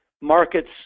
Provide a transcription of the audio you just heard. markets